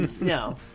No